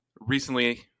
Recently